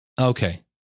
Okay